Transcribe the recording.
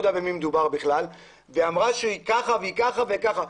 יודע במי מדובר ואמרה שהיא כך וכך וכך.